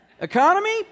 Economy